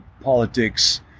politics